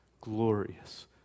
glorious